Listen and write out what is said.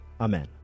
Amen